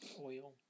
oil